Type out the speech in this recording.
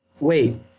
Wait